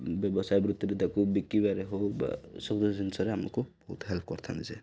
ବ୍ୟବସାୟ ବୃତ୍ତିରେ ତାକୁ ବିକିବାରେ ହଉ ବା ଏସବୁ ଜିନିଷ ଆମକୁ ବହୁତ ହେଲ୍ପ କରିଥାନ୍ତି ଯେ